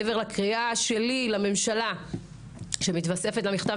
מעבר לקריאה שלי לממשלה שמתווספת למכתב